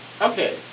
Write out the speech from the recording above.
Okay